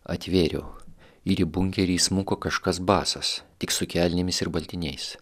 atvėriau ir į bunkerį įsmuko kažkas basas tik su kelnėmis ir baltiniais